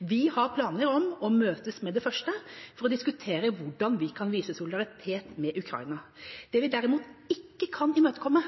Vi har planer om å møtes med det første og diskutere hvordan vi kan vise solidaritet med Ukraina. Det vi derimot ikke kan imøtekomme,